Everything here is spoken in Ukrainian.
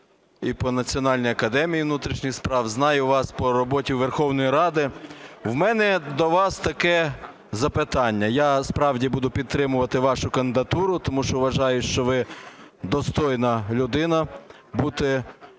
і по Національній академії внутрішніх справ, знаю вас по роботі у Верховній Раді. В мене до вас таке запитання. Я справді буду підтримувати вашу кандидатуру, тому що вважаю, що ви достойна людина бути